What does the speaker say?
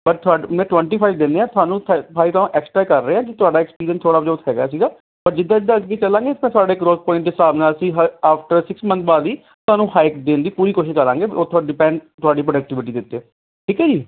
ਪਰ ਤੁਹਾਡਾ ਮੈਂ ਟਵੰਟੀ ਫਾਈਵ ਦਿੰਦੇ ਹਾਂ ਤੁਹਾਨੂੰ ਥ ਫਾਈਵ ਥਾਊਸੈਂਡ ਐਕਸਟਰਾ ਕਰ ਰਿਹਾ ਜੇ ਤੁਹਾਡਾ ਐਕਸਪੀਰੀਸ ਥੋੜ੍ਹਾ ਯੋਗ ਹੈਗਾ ਸੀਗਾ ਪਰ ਜਿੱਦਾਂ ਜਿੱਦਾਂ ਅੱਗੇ ਚੱਲਾਂਗੇ ਸਾਡੇ ਗਰੋਥ ਕੋਇੰਨ ਦੇ ਹਿਸਾਬ ਨਾਲ ਹੀ ਆਫਟਰ ਸਿਕਸ ਮੰਨਥ ਬਾਅਦ ਹੀ ਤੁਹਾਨੂੰ ਹਾਇਕ ਦੇਣ ਦੀ ਪੂਰੀ ਕੋਸ਼ਿਸ਼ ਕਰਾਂਗੇ ਉਹ ਤੁਹਾਡੇ ਡਿਪੈਂਡ ਤੁਹਾਡੀ ਪ੍ਰੋਡਕਟੀਵਿਟੀ ਦੇ ਉੱਤੇ ਆ ਠੀਕ ਹੈ ਜੀ